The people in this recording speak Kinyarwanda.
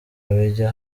bijya